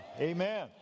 Amen